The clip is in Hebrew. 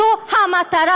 זאת המטרה.